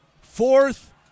Fourth